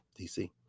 dc